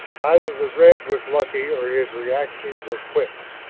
either the red was lucky, or his reactions were quick.